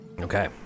Okay